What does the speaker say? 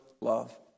love